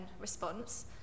response